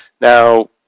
Now